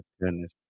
goodness